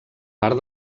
part